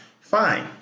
Fine